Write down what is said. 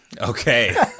okay